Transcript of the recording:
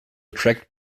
attract